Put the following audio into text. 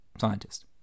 scientist